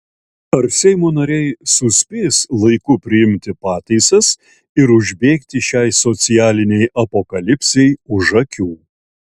ar seimo nariai suspės laiku priimti pataisas ir užbėgti šiai socialinei apokalipsei už akių